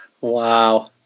Wow